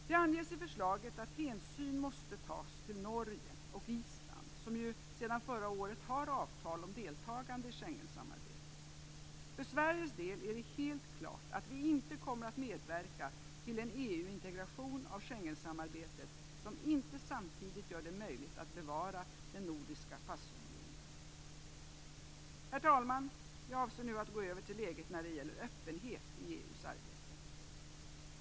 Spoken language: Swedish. Det anges i förslaget att hänsyn måste tas till Norge och Island, som ju sedan förra året har avtal om deltagande i Schengensamarbetet. För Sveriges del är det helt klart att vi inte kommer att medverka till en EU-integration av Schengensamarbetet som inte samtidigt gör det möjligt att bevara den nordiska passunionen. Herr talman! Jag avser nu att gå över till läget när det gäller öppenhet i EU:s arbete.